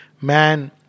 man